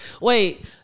Wait